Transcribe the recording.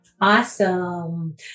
Awesome